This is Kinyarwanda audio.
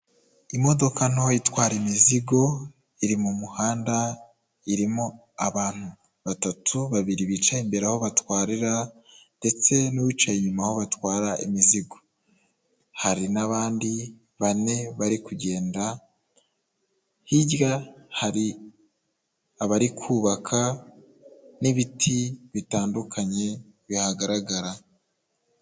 Imodoka ntoya itwara imizigo iri mu muhanda irimo abantu batatu, babiri bicaye imbere aho batwarira ndetse n'uwicaye inyuma aho batwara imizigo, hari n'abandi bane bari kugenda, hirya hari abari kubaka n'ibiti bitandukanye bihagaragara.